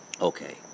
okay